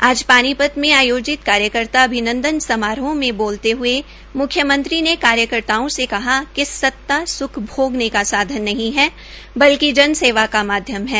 आज पानीपत में आयोजित कार्यकर्ता अभिनंदन समारोह में बोलते हये मुख्यमंत्री ने कार्यकर्ताओं से कहा कि सता सुख भोगने का साधन नहीं है बल्कि जन सेवा का माध्यम है